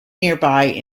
nearby